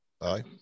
Aye